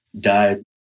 died